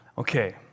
Okay